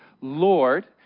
Lord